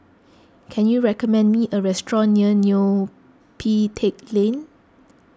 can you recommend me a restaurant near Neo Pee Teck Lane